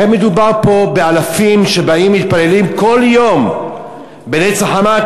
הרי מדובר פה באלפים שבאים ומתפללים כל יום בהנץ החמה,